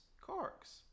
corks